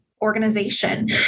organization